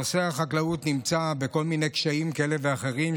נושא החקלאות נמצא בכל מיני קשיים כאלה ואחרים,